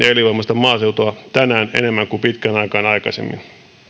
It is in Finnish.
ja elinvoimaista maaseutua tänään enemmän kuin pitkään aikaan aikaisemmin